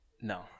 No